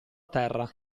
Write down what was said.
terra